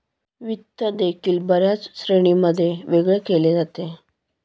वित्त देखील बर्याच श्रेणींमध्ये वेगळे केले जाते